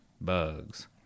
bugs